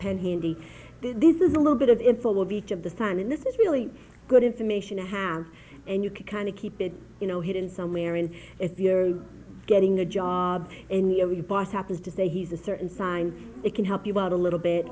pen handy this is a little bit of info of each of the time in this is really good information to have and you can kind of keep it you know hidden somewhere and if you're getting the job in the only boss happens to say he's a certain sign it can help you out a little bit